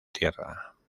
tierra